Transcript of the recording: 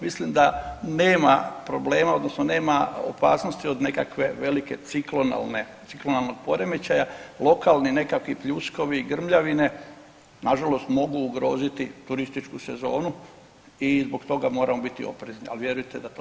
Mislim da nema problema odnosno nema opasnosti od nekakve velike ciklonalne, ciklonalnog poremećaja, lokalni nekakvi pljuskovi i grmljavine nažalost mogu ugroziti turističku sezonu i zbog toga moramo biti oprezni, ali vjerujte da to se prati.